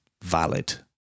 valid